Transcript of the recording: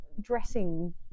dressing